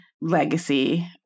legacy